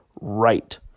right